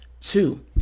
two